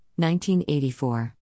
1984